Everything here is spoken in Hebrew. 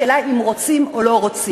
השאלה היא אם רוצים או לא רוצים.